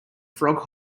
frog